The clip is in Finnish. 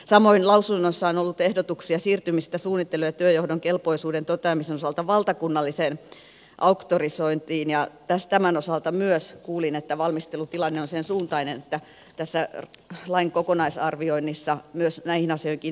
samoin lausunnoissa on ollut ehdotuksia siirtymisestä suunnittelijoiden ja työnjohdon kelpoisuuden toteamisen osalta valtakunnalliseen auktorisointiin ja tämän osalta myös kuulin että valmistelutilanne on sen suuntainen että tässä lain kokonaisarvioinnissa myös näihin asioihin kiinnitetään huomiota